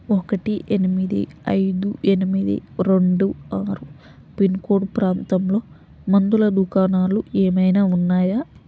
ఒకటి ఎనిమిది ఐదు ఎనిమిది రెండు ఆరు పిన్కోడ్ ప్రాంతంలో మందుల దుకాణాలు ఏమైనా ఉన్నాయా